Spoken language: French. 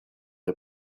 est